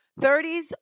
30s